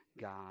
God